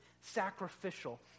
sacrificial